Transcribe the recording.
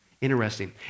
Interesting